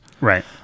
right